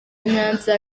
nyanza